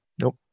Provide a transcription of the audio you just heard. Nope